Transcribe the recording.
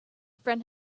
friend